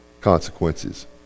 consequences